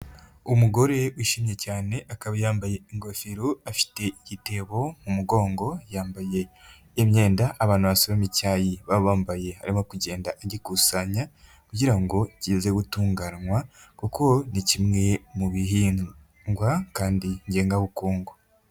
Umugore wishimye cyane akaba yambaye ingofero, afite igitebo mu mugongo, yambaye imyenda abantu basoroma icyayi baba bambaye, arimo kugenda agikusanya kugira ngo kize gutunganywa kuko ni kimwe mu bihingwa kandi ngengabukungu.